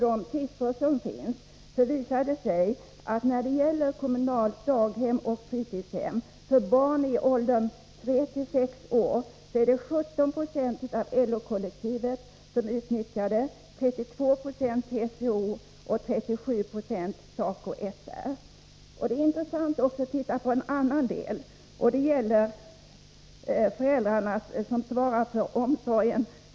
De siffror som finns visar att kommunalt daghem för barn i åldrarna tre-sex år utnyttjas av 17 96 av LO-kollektivet, 32 20 av TCO och 37 90 av SACO/SR. Det är intressant att titta också på andra siffror, nämligen hur stor del av föräldrarna som själva svarar för barnomsorgen.